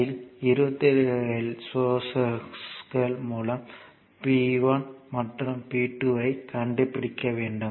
அதில் 27 சோர்ஸ்கள் மூலம் P1 மற்றும் P2 ஐ கண்டுபிடிக்க வேண்டும்